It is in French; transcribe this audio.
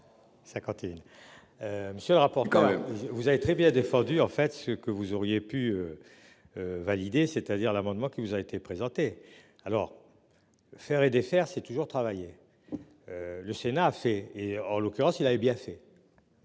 le rapport quand vous avez très bien défendu. En fait ce que vous auriez pu. Valider c'est-à-dire l'amendement qui vous a été présenté, alors. Faire et défaire c'est toujours travailler. Le Sénat assez et en l'occurrence il avait bien c'est